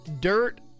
Dirt